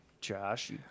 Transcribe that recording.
Josh